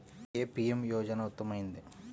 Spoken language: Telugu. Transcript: ఏ పీ.ఎం యోజన ఉత్తమమైనది?